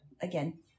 again